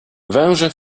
węże